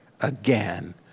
again